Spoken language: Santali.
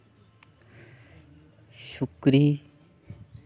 ᱥᱩᱠᱨᱤ